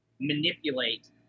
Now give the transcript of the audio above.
manipulate